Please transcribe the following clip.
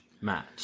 match